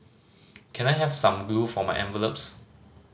can I have some glue for my envelopes